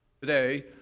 Today